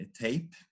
tape